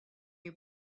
you